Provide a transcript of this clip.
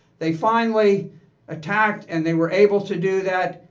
they finally attacked and they were able to do that,